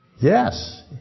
Yes